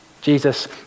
Jesus